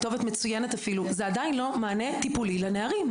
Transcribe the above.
זה עדיין לא מענה טיפולי לנערים.